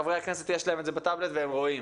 לחברי הכנסת יש את זה בטאבלט והם רואים.